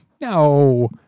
no